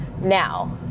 now